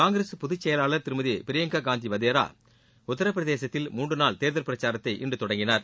காங்கிரஸ் பொதுச் செயலாளர் திருமதி பிரியங்கா காந்தி வதேரா உத்தரப் பிரதேசத்தில் மூன்று நாள் தேர்தல் பிரச்சாரத்தை இன்று தொடங்கினார்